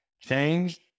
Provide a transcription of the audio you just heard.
change